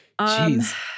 Jeez